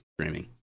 streaming